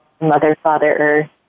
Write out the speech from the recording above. Mother-Father-Earth